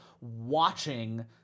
watching